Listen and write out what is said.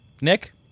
Nick